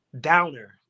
downer